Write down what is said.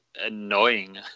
annoying